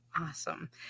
Awesome